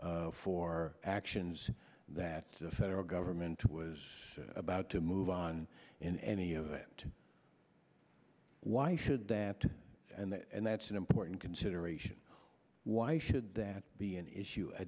for actions that the federal government was about to move on in any event why should that and that's an important consideration why should that be an issue a